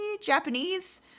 Japanese